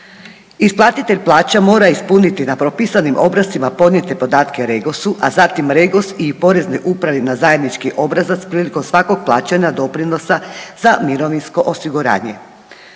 Isplatitelj plaća mora ispuniti na propisanim obrascima podnijete podatke REGOS-u, a zatim REGOS i Poreznoj upravi na zajednički obrazac prilikom svakog plaćanja doprinosa za mirovinsko osiguranje.